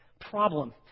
problem